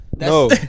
No